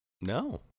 No